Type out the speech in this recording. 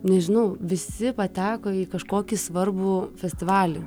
nežinau visi pateko į kažkokį svarbų festivalį